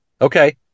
Okay